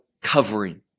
covering